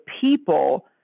people